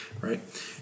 right